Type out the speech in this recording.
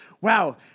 wow